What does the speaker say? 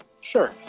Sure